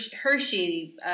Hershey